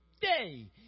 day